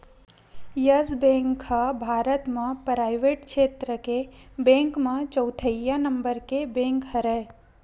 yes Bank ह भारत म private छेत्र के बेंक म चउथइया नंबर के बेंक हरय